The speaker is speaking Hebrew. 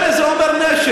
ירי זה אומר נשק,